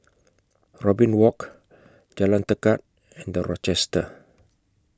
Robin Walk Jalan Tekad and The Rochester